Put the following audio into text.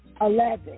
Eleven